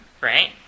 right